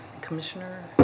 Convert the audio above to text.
Commissioner